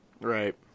Right